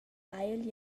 haiel